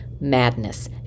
madness